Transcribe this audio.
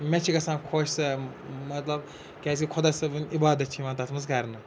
مےٚ چھِ گژھان خۄش سۄ مطلب کیٛازِکہِ خۄدا صٲبٕنۍ عبادت چھِ یِوان تَتھ منٛز کَرنہٕ